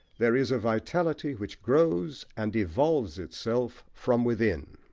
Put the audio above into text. there is a vitality which grows and evolves itself from within.